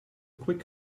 quick